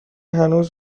هنوز